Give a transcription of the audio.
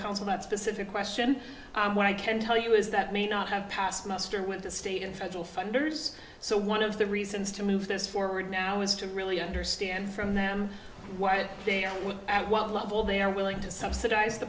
counsel that specific question what i can tell you is that may not have passed muster with the state and federal funds so one of the reasons to move this forward now is to really understand from them what they are at what level they are willing to subsidize the